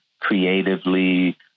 creatively